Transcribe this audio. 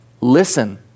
Listen